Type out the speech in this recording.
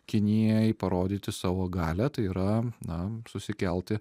kinijai parodyti savo galią tai yra na susikelti